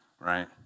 right